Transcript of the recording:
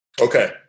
Okay